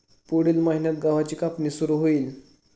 पुढील महिन्यात गव्हाची कापणी सुरू होईल